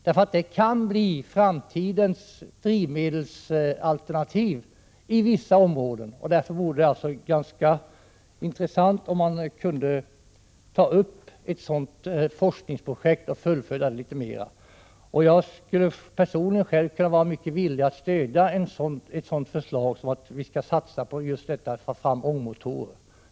Det kan bli framtidens drivmedelsalternativ i vissa områden, och därför vore det intressant om ett forskningsprojekt kring detta kunde Prot. 1986/87:131 genomföras. Personligen skulle jag vara mycket villig att stödja ett förslagom 26 maj 1987 en sådan satsning på att få fram ångmotorer.